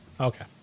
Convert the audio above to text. Okay